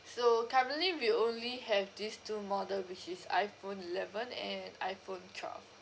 so currently we only have these two model which is iphone eleven and iphone twelve